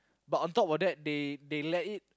but on top of that they they let it